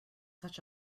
such